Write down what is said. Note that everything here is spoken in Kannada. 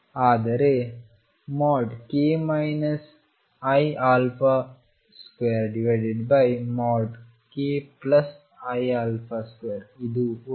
ಆದರೆ k iα2kiα2 ಇದು 1